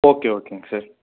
okay ஓகேங்க sir